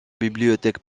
bibliothèque